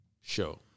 show